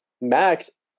Max